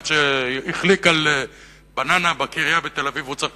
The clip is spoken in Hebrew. אחד שהחליק על בננה בקריה בתל-אביב צריך